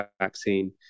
vaccine